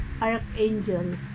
Archangel